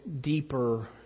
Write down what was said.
Deeper